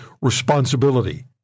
responsibility